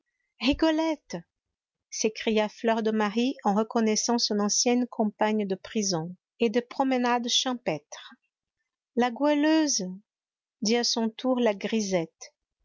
rigolette s'écria fleur de marie en reconnaissant son ancienne compagne de prison et de promenades champêtres la goualeuse dit à son tour la grisette